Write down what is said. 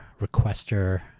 requester